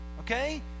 Okay